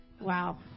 Wow